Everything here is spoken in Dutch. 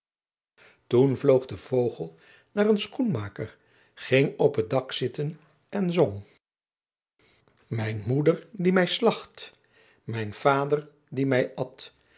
toen vloog de vogel naar een schoenmaker ging op het dak zitten en zong mijn moeder die mij slacht mijn vader die mij at